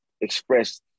express